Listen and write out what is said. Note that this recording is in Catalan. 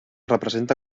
representa